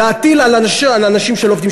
להטיל על אנשים שלא עובדים,